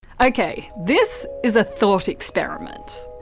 okay, this is a thought experiment.